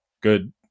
good